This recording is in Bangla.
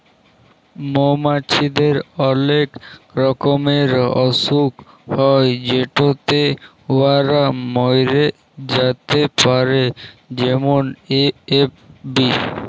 মমাছিদের অলেক রকমের অসুখ হ্যয় যেটতে উয়ারা ম্যইরে যাতে পারে যেমল এ.এফ.বি